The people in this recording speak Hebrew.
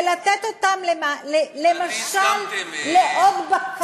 ולתת אותם למשל לעוד בקרים